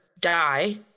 die